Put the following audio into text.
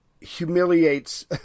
humiliates